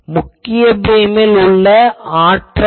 முக்கிய பீம்மில் உள்ள ஆற்றல் என்ன